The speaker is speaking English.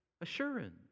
assurance